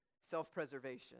self-preservation